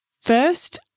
First